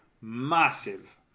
massive